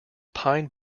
pine